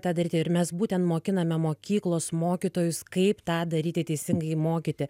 tą daryti ir mes būtent mokiname mokyklos mokytojus kaip tą daryti teisingai mokyti